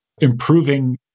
Improving